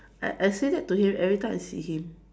I I say that to him every time I see him